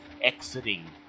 exiting